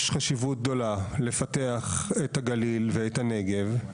יש חשיבות גדולה לפתח את הגליל ואת הנגב.